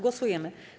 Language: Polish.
Głosujemy.